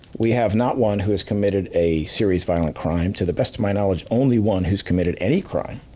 we have not one who has committed a serious violent crime. to the best of my knowledge, only one who's committed any crime.